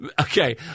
Okay